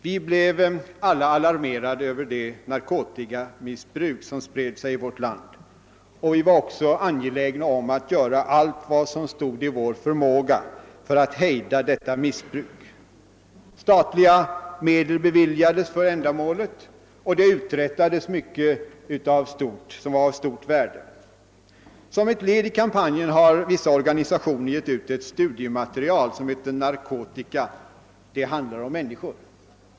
Vi blev alla alarmerade över det narkotikamissbruk som spred sig i vårt land, och vi var angelägna om att göra allt som stod i vår förmåga för att hejda detta missbruk. Medel beviljades för ändamålet, och det uträttades mycket som var av stort värde. Som ett led i kampanjen har vissa organisationer givit ut ett studiematerial som heter »Narkotika; det handlar om människor».